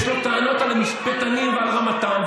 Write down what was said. יש לו טענות על המשפטנים ועל רמתם,